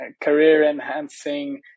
career-enhancing